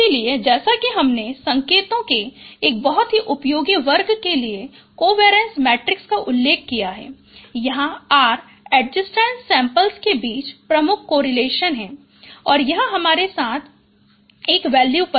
इसलिए जैसा कि हमनें संकेतों के एक बहुत ही उपयोगी वर्ग के लिए कोवेरिएंस मैट्रिक्स का उल्लेख किया है जहां r एड्जेसेंट सेम्प्लस के बीच प्रमुख कोरिलेशन है और यह हमारे साथ 1 वैल्यू पर है